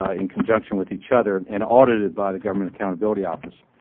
ah in conjunction with each other, and audited by the government accountability office.